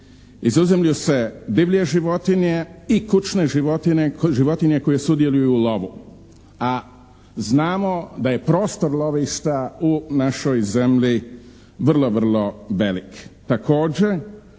Izuzimlju se divlje životinje i kućne životinje koje sudjeluju u lovu. A znamo da je prostor lovišta u našoj zemlji vrlo, vrlo velik.